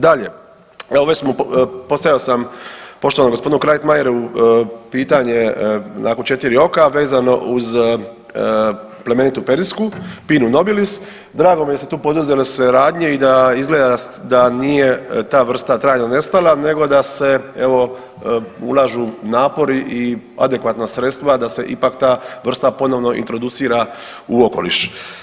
Dakle, evo već smo postavio sam poštovanom gospodinu Krajtmajeru pitanje onako u 4 oka vezano uz plemenitu perisku, Pinnu nobilis drago mi je da su tu poduzele se radnje i da izgleda da nije ta vrsta trajno nestala nego da se evo ulažu napori i adekvatna sredstva da te ipak ta vrsta ponovno introducira u okoliš.